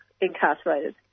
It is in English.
incarcerated